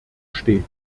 steht